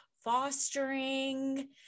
fostering